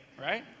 right